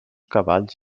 cavalls